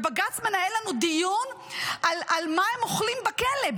ובג"ץ מנהל לנו דיון על מה הם אוכלים בכלא,